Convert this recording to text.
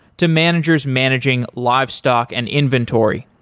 to managers managing livestock and inventory.